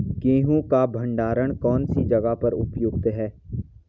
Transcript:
गेहूँ का भंडारण कौन सी जगह पर उपयुक्त है?